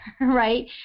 right